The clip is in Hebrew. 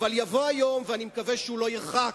אבל יבוא היום, ואני מקווה שהוא לא ירחק,